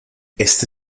este